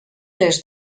les